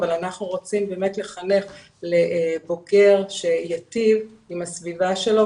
אבל אנחנו רוצים לחנך לבוגר שייטיב עם הסביבה שלו,